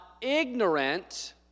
ignorant